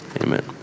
Amen